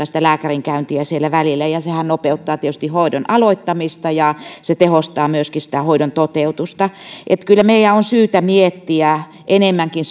sitä lääkärinkäyntiä siellä välillä ja ja sehän nopeuttaa tietysti hoidon aloittamista ja se tehostaa myöskin hoidon toteutusta kyllä meidän on syytä miettiä enemmänkin